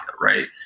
right